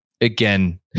Again